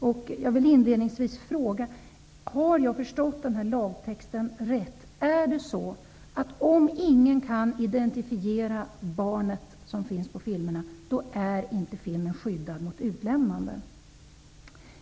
Jag vill inledningsvis fråga: Har jag förstått lagtexten rätt -- är det så att om ingen kan identifiera barnet på filmerna, då är inte filmen skyddad mot utlämnande?